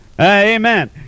amen